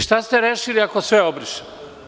Šta ste rešili ako sve obrišemo?